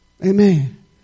amen